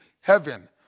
heaven